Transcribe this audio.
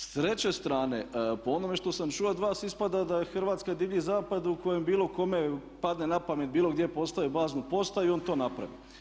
S treće strane, po onome što sam čuo od vas ispada da je Hrvatska divlji zapad u kojem bilo kome padne na pamet bilo gdje postavit baznu postaju on to napravi.